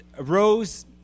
rose